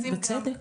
בצדק.